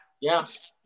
Yes